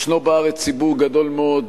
ישנו בארץ ציבור גדול מאוד,